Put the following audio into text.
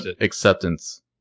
acceptance